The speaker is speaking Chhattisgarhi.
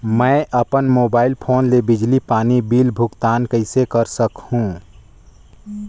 मैं अपन मोबाइल फोन ले बिजली पानी बिल भुगतान कइसे कर सकहुं?